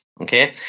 okay